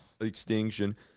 Extinction